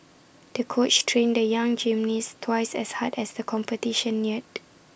the coach trained the young gym niece twice as hard as the competition neared